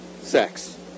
sex